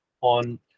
on